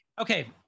Okay